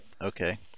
Okay